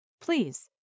please